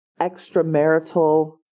extramarital